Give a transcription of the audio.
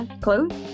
clothes